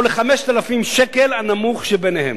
או ל-5,000 שקל, הנמוך שבהם.